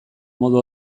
modu